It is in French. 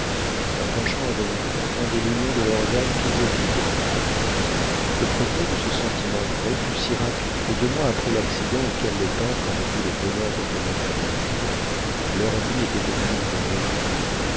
un penchant involontaire rendait l'union de leurs âmes toujours étroite le progrès de ce sentiment vrai fut si rapide que deux mois après l'accident auquel le peintre avait dû le bonheur de connaître adélaïde leur vie était devenue une même vie